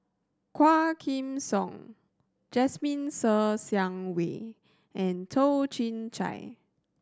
Quah Kim Song Jasmine Ser Xiang Wei and Toh Chin Chye